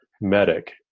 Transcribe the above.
medic